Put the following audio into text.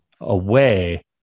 away